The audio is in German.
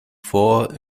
vor